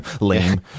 lame